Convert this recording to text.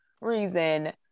reason